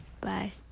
bye